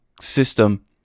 system